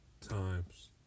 times